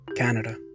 Canada